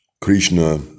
Krishna